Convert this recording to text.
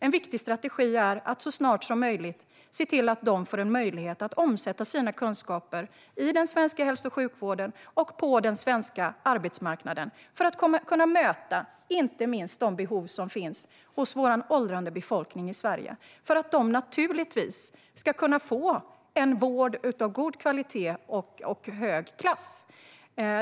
En viktig strategi är att så snart som möjligt se till att de får tillfälle att omsätta sina kunskaper i den svenska hälso och sjukvården och på den svenska arbetsmarknaden - för att möta inte minst de behov som finns hos vår åldrande befolkning i Sverige. De ska naturligtvis få en vård av god kvalitet och hög klass.